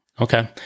Okay